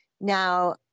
Now